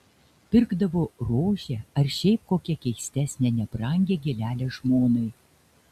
pirkdavo rožę ar šiaip kokią keistesnę nebrangią gėlelę žmonai